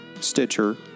Stitcher